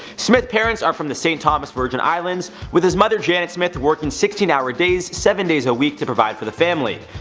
parents are from the st. thomas virgin islands, with his mother, janet smith, working sixteen hour days, seven days a week to provide for the family.